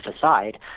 aside